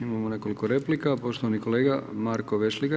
Imamo nekoliko replika, poštovani kolega Marko Vešligaj.